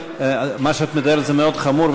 מה שאת אומרת מאוד חמור,